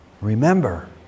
remember